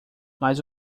mas